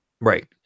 right